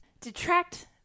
detract